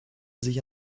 sich